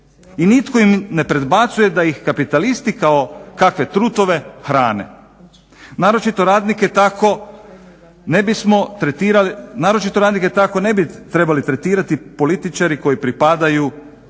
I nitko im ne predbacuje da ih kapitalisti kao kakve trutove hrane. Naročito radnike tako ne bi trebali tretirati političari koji pripadaju nekakvom